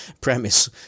premise